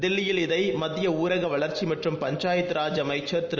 தில்லியில் இதை மத்திய ஊரக வளர்ச்சி மற்றும் பஞ்சாயத்து ராஜ் அமைச்சர் திரு